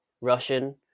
Russian